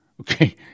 Okay